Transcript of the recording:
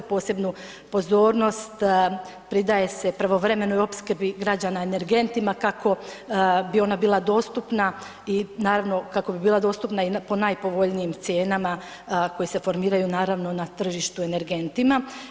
Posebnu pozornost pridaje se pravovremenoj opskrbi građana energentima, kako bi ona bila dostupna i naravno, kako bi bila dostupna i po najpovoljnijim cijena koje se formiraju, naravno na tržištu energentima.